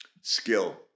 Skill